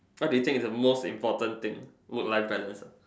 what do you think it's the most important thing work life balance ah